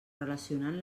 relacionant